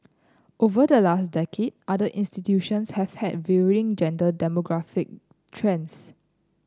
over the last decade other institutions have had varying gender demographic trends